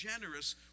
generous